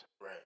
Right